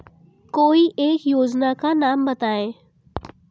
कोई एक योजना का नाम बताएँ?